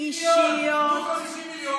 מסיבות אישיות, 50 מיליון.